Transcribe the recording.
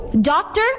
Doctor